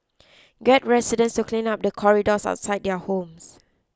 get residents to clean up the corridors outside their homes